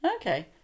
Okay